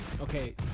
Okay